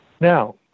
Now